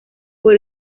por